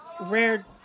rare